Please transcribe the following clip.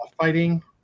Fighting